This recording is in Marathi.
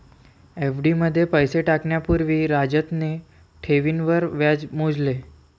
एफ.डी मध्ये पैसे टाकण्या पूर्वी राजतने ठेवींवर व्याज मोजले